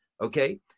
Okay